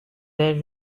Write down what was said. there